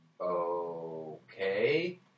Okay